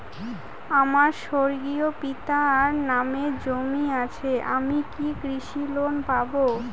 আমার স্বর্গীয় পিতার নামে জমি আছে আমি কি কৃষি লোন পাব?